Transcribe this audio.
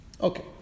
Okay